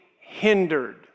hindered